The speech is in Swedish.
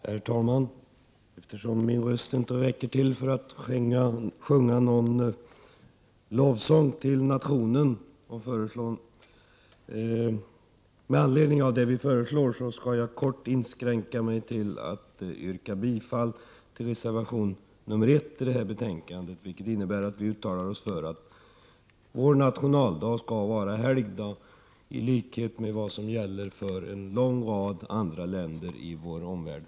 Herr talman! Eftersom min röst just nu inte räcker till för att sjunga någon lovsång till nationen, skall jag med anledning av det vi föreslår kort inskränka mig till att yrka bifall till reservation nr 1 vid detta betänkande. Vi uttalar oss där för att vår nationaldag skall vara helgdag, i likhet med vad som gäller i en lång rad andra länder i vår omvärld.